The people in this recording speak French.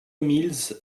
mills